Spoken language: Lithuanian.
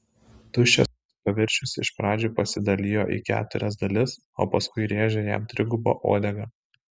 tuščias paviršius iš pradžių pasidalijo į keturias dalis o paskui rėžė jam triguba uodega